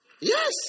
Yes